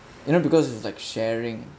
you know because it's like sharing